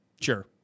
Sure